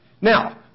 Now